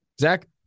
Zach